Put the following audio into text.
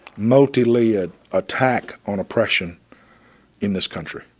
multi-layered attack on oppression in this country.